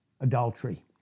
Adultery